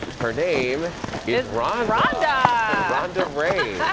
her name is rhonda! rhonda rhonda ray.